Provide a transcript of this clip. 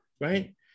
right